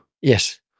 Yes